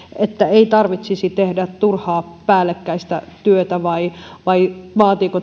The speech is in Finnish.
että ei tarvitsisi tehdä turhaa päällekkäistä työtä vai vai vaatiiko